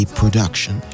production